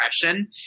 depression